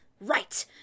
Right